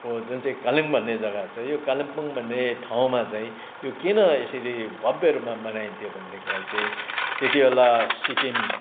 को जुन चाहिँ कालिम्ब भन्ने जग्गा छ यो कालिम्पोङ भन्ने ठाउँमा चाहिँ यो किन यसरी भव्य रूपमा मनाइन्थ्यो भनेदेखिलाई चाहिँ त्यति बेला सिक्किम